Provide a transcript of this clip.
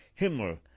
Himmler